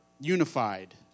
unified